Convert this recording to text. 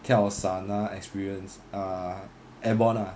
跳伞啊 experience ah airborne lah